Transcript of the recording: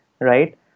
right